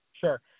Sure